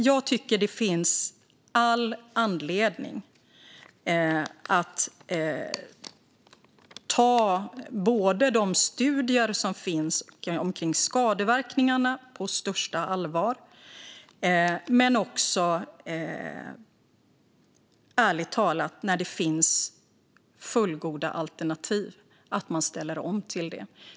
Jag tycker att det finns all anledning att ta de studier som finns om skadeverkningarna på största allvar. Jag tycker ärligt talat också att man, när det finns fullgoda alternativ, ska ställa om till det.